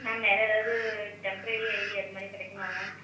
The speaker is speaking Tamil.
மேம் வேறு எதாவது டெம்ப்ரவரி ஐடி அதுமாதிரி கிடைக்குமா மேம்